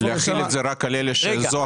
להחיל את זה רק על אלה שזו ההכנסה היחידה שלהם?